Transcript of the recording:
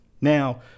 Now